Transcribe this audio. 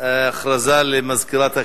הכרזה למזכירת הכנסת,